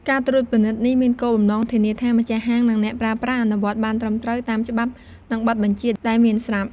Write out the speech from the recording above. ការត្រួតពិនិត្យនេះមានគោលបំណងធានាថា ម្ចាស់ហាង និងអ្នកប្រើប្រាស់ អនុវត្តបានត្រឹមត្រូវតាមច្បាប់ និងបទបញ្ជាដែលមានស្រាប់។